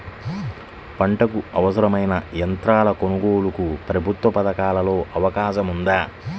పంటకు అవసరమైన యంత్రాల కొనగోలుకు ప్రభుత్వ పథకాలలో అవకాశం ఉందా?